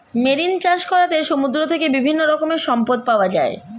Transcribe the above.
marine চাষ করাতে সমুদ্র থেকে বিভিন্ন রকমের সম্পদ পাওয়া যায়